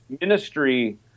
ministry